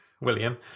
William